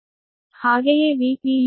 ಹಾಗೆಯೇ Vpu VVB